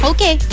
Okay